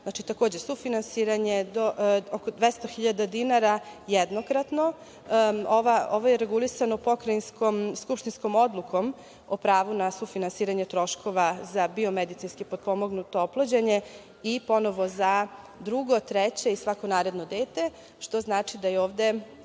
takođe sufinansiranje oko 200.000 jednokratno. Ovo je regulisano pokrajinskom skupštinskom odlukom o pravu na sufinansiranje troškova za biomedicinski potpomognuto oplođenje i ponovo za drugo, treće i svako naredno dete, što znači da je ovde